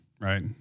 right